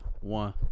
One